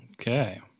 Okay